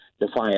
defiant